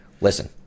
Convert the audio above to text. Listen